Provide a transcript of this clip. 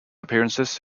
appearances